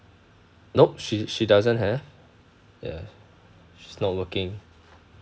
nope she she doesn't have yeah she's not working